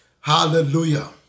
Hallelujah